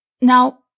Now